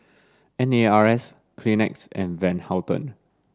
N A R S Kleenex and Van Houten